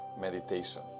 meditation